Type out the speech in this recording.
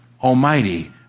almighty